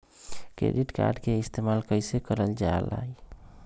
Credit card के इस्तेमाल कईसे करल जा लई?